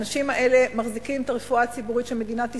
האנשים האלה מחזיקים את הרפואה הציבורית של מדינת ישראל.